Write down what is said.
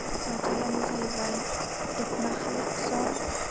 जाथायानो जाहैबाय दख'ना कालेक्शन